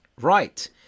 Right